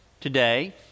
today